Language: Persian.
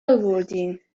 آوردین